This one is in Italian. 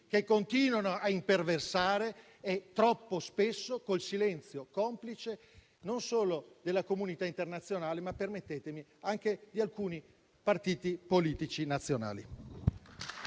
che continuano a imperversare troppo spesso con il silenzio complice non solo della comunità internazionale, ma - permettetemi - anche di alcuni partiti politici nazionali.